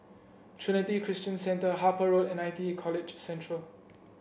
Trinity Christian Centre Harper Road and I T E College Central